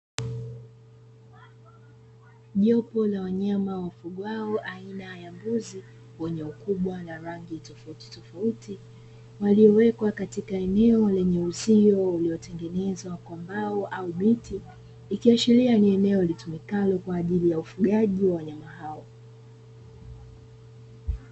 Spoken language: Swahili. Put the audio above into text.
Jopo la wanyama wafugwao aina ya mbuzi, wenye ukubwa na rangi tofautitofauti, waliowekwa katika eneo lenye uzio uliotengenezwa kwa mbao au miti, ikiashiria ni eneo litumikalo kwa ajili ya ufugaji wa wanyama hao.